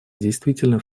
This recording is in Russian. действительно